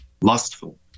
lustful